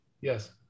Yes